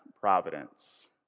providence